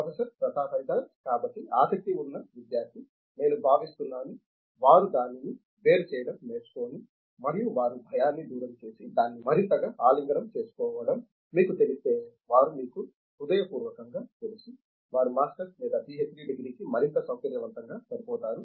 professor Pratap Haridas కాబట్టి ఆసక్తి ఉన్న విద్యార్ధి నేను భావిస్తున్నాను వారు దానిని వేరు చేయడం నేర్చుకొని మరియు వారి భయాన్ని దూరం చేసి దాన్ని మరింతగా ఆలింగనం చేసుకోవడం మీకు తెలిస్తే వారు మీకు హృదయపూర్వకంగా తెలుసు వారు మాస్టర్స్ లేదా పిహెచ్డి డిగ్రీకి మరింత సౌకర్యవంతంగా సరిపోతారు